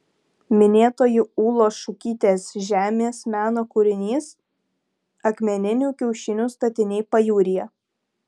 minėtoji ūlos šukytės žemės meno kūrinys akmeninių kiaušinių statiniai pajūryje